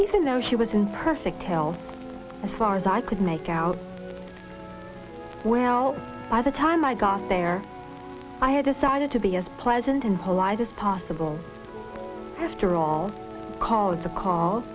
even though she was in perfect health as far as i could make out well by the time i got there i had decided to be as pleasant and polite as possible after all calls the call